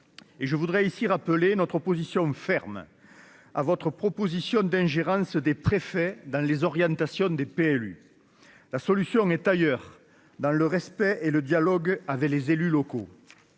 je voudrais ici rappeler notre opposition ferme à votre proposition d'ingérence des préfets dans les orientations des PLU, la solution est ailleurs, dans le respect et le dialogue avec les élus locaux